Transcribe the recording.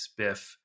Spiff